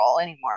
anymore